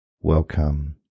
Welcome